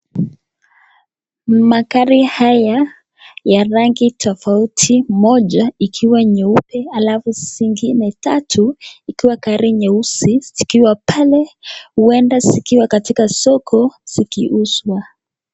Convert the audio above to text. Magari haya ya rangi tofauti, moja ikiwa nyeupe alafu zingine tatu ikiwa gari nyeusi zikiwawa pale huenda zikiwa katikati soko zikiuzwa.